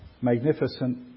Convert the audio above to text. magnificent